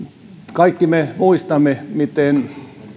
kaikki me muistamme miten